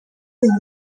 ibintu